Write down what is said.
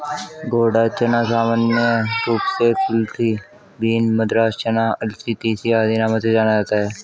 घोड़ा चना सामान्य रूप से कुलथी बीन, मद्रास चना, अलसी, तीसी आदि नामों से जाना जाता है